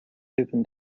open